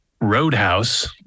Roadhouse